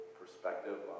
perspective